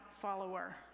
follower